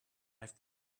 have